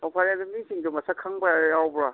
ꯑꯣ ꯐꯔꯦ ꯑꯗꯨ ꯃꯤꯁꯤꯡꯗꯣ ꯃꯁꯛ ꯈꯪꯕ ꯌꯥꯎꯕ꯭ꯔꯣ